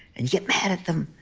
and you get mad at them